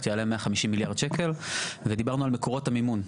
יעלה 150 מיליארד שקל ודיברנו על מקורות המימון,